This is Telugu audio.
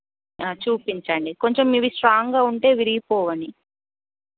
చూపించండి కొంచెం ఇవి స్ట్రాంగా ఉంటే విరిగిపోవని